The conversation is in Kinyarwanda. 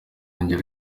ngero